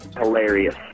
Hilarious